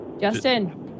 Justin